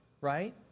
right